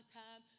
time